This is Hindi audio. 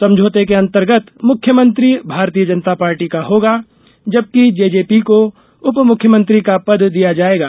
समझौते के अंतर्गत मुख्यमंत्री भारतीय जनता पार्टी का होगा जबकि जेजेपी को उप मुख्यमंत्री का पद दिया जाएगा